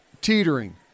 teetering